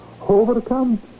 overcome